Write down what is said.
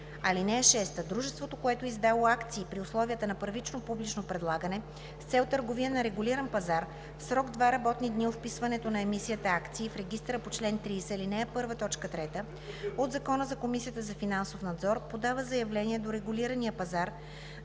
(6) Дружество, което е издало акции при условията на първично публично предлагане с цел търговия на регулиран пазар, в срок два работни дни от вписването на емисията акции в регистъра по чл. 30, ал. 1, т. 3 от Закона за Комисията за финансов надзор подава заявление до регулирания пазар